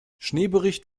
schneebericht